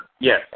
Yes